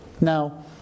Now